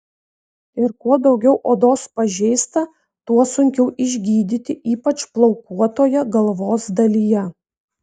ir kuo daugiau odos pažeista tuo sunkiau išgydyti ypač plaukuotoje galvos dalyje